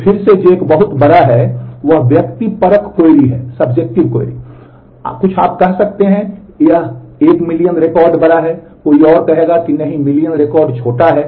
अब फिर से जो एक बहुत बड़ा है वह फिर से एक व्यक्तिपरक क्वेरी होने की आवश्यकता है